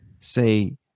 say